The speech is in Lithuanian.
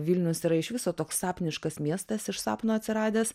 vilnius yra iš viso toks sapniškas miestas iš sapno atsiradęs